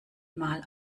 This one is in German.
mal